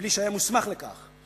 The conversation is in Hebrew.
מבלי שהיה מוסמך לך,